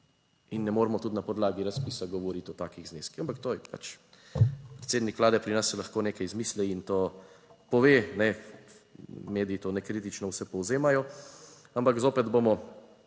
In ne moremo tudi na podlagi razpisa govoriti o takih zneskih, ampak to je pač predsednik Vlade, pri nas se lahko nekaj izmisli in to pove, ne, mediji to nekritično vse povzemajo. Ampak zopet bomo